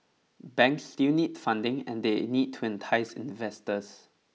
banks still need funding and they need to entice investors